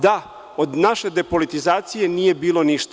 Da, od naše depolitizacije nije bilo ništa.